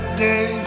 day